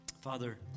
Father